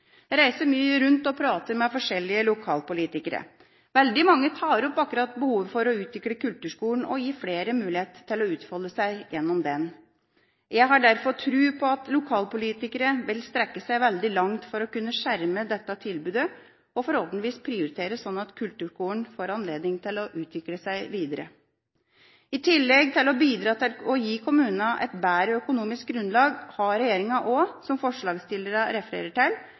reiser mye rundt og prater med forskjellige lokalpolitikere. Veldig mange tar opp akkurat behovet for å utvikle kulturskolen og gi flere mulighet til å utfolde seg gjennom den. Jeg har derfor tro på at lokalpolitikere vil strekke seg veldig langt for å kunne skjerme dette tilbudet og forhåpentligvis prioritere, slik at kulturskolen får anledning til å utvikle seg videre. I tillegg til å bidra til å gi kommunene et bedre økonomisk grunnlag har regjeringa også – som forslagsstillerne refererer til